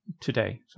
today